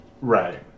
Right